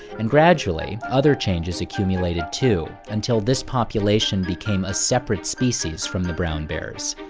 and gradually, other changes accumulated too. until this population became a separate species from the brown bears.